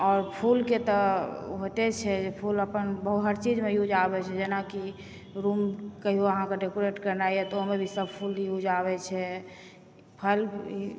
आओर फूलके तऽ होइते छै जे फूल अपन हर बहुत चीजमे यूज आबै छै जेनाकि रूम कहिओ अहाँके डेकोरेट केनाइ अइ तऽ ओहोमे भी सब फूल यूज आबै छै फल भी